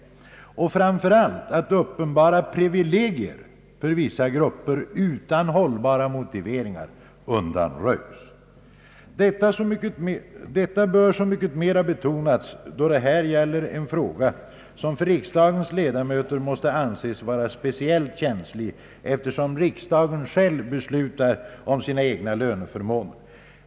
Framför allt anser vi det angeläget att uppenbara privilegier för vissa grupper utan hållbara motiveringar undanröjs. Detta bör så mycket mera betonas då det gäller en fråga som måste anses vara speciellt känslig för riksdagens ledamöter, eftersom riksdagsmännen själva beslutar om sina löneförmåner.